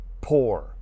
poor